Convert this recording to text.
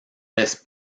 reste